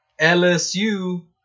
LSU